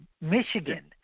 Michigan